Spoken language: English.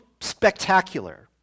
spectacular